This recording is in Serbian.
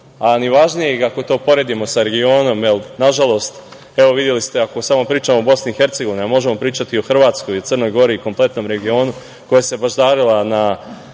a ni važnijeg, ako to poredimo sa regionom, jer nažalost, videli ste, ako samo pričamo o BiH, a možemo pričati o Hrvatskoj, Crnoj Gori, kompletnom regionu koji se baždario na